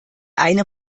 eine